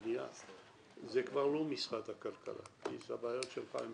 אני יודע שהמדינה דואגת לבלבל את עצמה.